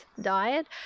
diet